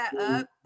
up